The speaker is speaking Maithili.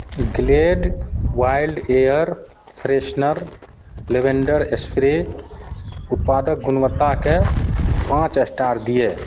Glade wild air freshener lavender spray उत्पादक गुणवत्ताकेँ पाँच स्टार दिअ